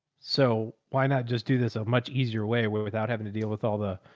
so why not just do this a much easier way without having to deal with all the